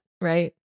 Right